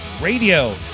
radio